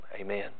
Amen